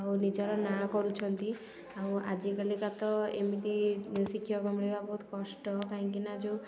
ଆଉ ନିଜର ନାଁ କରୁଛନ୍ତି ଆଉ ଆଜିକାଲିକା ତ ଏମିତି ଶିକ୍ଷକ ମିଳିବା ବହୁତ କଷ୍ଟ କାହିଁକି ନା ଯେଉଁ